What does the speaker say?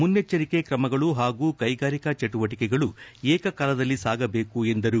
ಮುನ್ನೆಚ್ಚರಿಕೆ ತ್ರಮಗಳು ಹಾಗೂ ಕೈಗಾರಿಕಾ ಚಟುವಟಕೆಗಳು ಏಕಕಾಲದಲ್ಲಿ ಸಾಗಬೇಕು ಎಂದರು